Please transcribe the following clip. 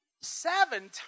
Seven